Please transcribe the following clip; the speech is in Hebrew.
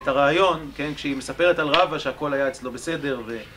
את הרעיון, כן, כשהיא מספרת על רבא שהכל היה אצלו בסדר ו...